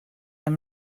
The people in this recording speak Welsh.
mynd